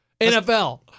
NFL